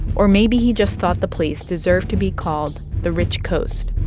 or maybe he just thought the place deserved to be called the rich coast.